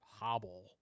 hobble